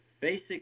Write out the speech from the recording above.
Basic